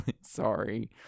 sorry